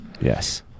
Yes